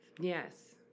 Yes